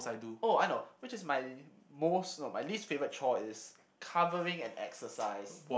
oh I know which is my most my least favourite chore is covering an exercise